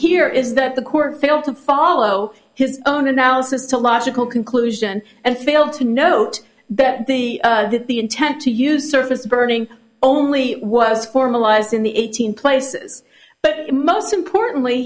here is that the court failed to follow his own analysis to a logical conclusion and fail to note that the intent to use surface burning only was formalized in the eighteen places but most importantly